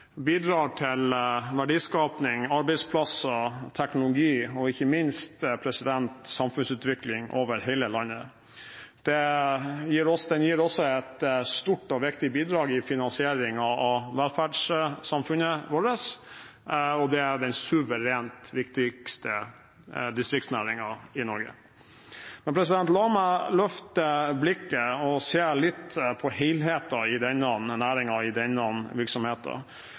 bidrar til verdiskaping, arbeidsplasser, teknologi og ikke minst samfunnsutvikling over hele landet. Den gir også et stort og viktig bidrag i finansieringen av velferdssamfunnet vårt, og det er den suverent viktigste distriktsnæringen i Norge. La meg løfte blikket og se litt på helheten i denne næringen, i denne